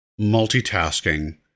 multitasking